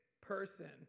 person